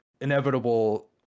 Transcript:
inevitable